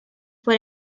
for